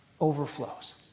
overflows